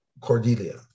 Cordelia